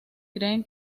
creen